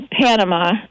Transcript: Panama